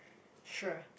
sure